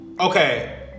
Okay